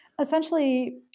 essentially